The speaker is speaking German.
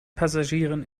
passagieren